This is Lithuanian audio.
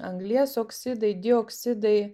anglies oksidai dioksidai